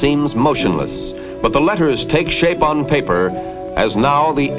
seems motionless but the letters take shape on paper as now the